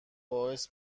باعث